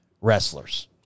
wrestlers